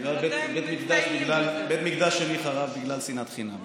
בית המקדש השני חרב בגלל שנאת חינם.